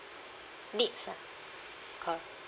needs ah cor~